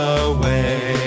away